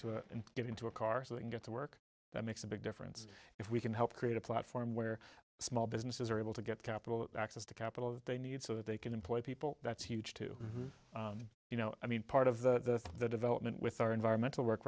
and get into a car so they can get to work that makes a big difference if we can help create a platform where small businesses are able to get capital access to capital they need so that they can employ people that's huge too you know i mean part of the development with our environmental work